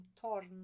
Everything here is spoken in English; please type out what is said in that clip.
torn